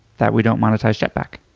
that we don't monetize jetpack.